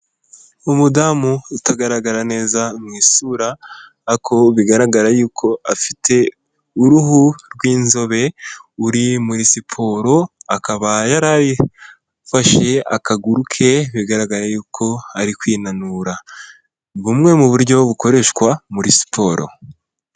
Umudamu utagaragara neza mu isura, ako bigaragara yuko afite uruhu rw'inzobe, uri muri siporo, akaba yari ayifashe akaguru ke bigaragara yuko ari kwinanura. Bumwe mu buryo bukoreshwa muri siporo.